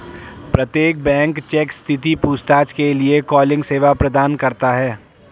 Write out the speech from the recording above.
प्रत्येक bank cheque स्थिति पूछताछ के लिए कॉलिंग सेवा प्रदान करता हैं